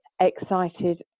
excited